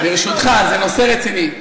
ברשותך, זה נושא רציני.